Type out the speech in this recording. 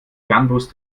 fernbus